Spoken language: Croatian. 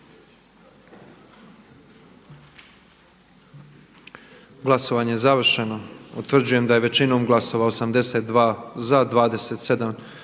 Glasovanje je završeno. Utvrđujem da je većinom glasova, 88 glasova